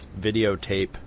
videotape